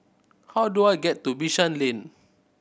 how do I get to Bishan Lane